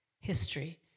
history